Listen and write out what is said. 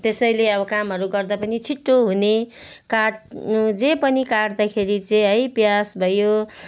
त्यसैले अब कामहरू गर्दा पनि छिट्टो हुने काट्नु जे पनि काट्दाखेरि चाहिँ है प्याज भयो